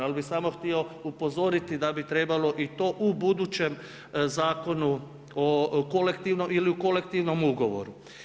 Ali bih samo htio upozoriti da bi trebalo i u budućem zakonu kolektivno ili u kolektivnom ugovoru.